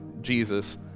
Jesus